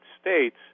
States